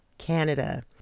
Canada